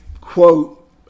quote